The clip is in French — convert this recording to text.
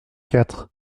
quatre